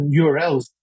URLs